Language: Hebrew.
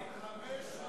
5,